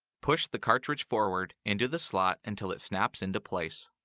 push the cartridge forward into the slot until it snaps into place.